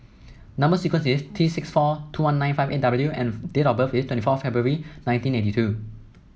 number sequence is T six four two one nine five eight W and date of birth is twenty four February nineteen eighty two